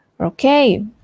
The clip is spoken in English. okay